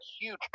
huge